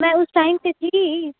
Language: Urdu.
میں اس ٹائم پہ تھی